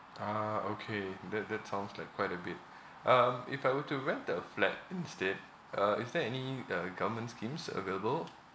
ah okay that that sounds like quite a bit um if I were to rent a flat instead uh is there any uh government schemes available